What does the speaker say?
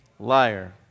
liar